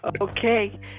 Okay